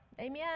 Amen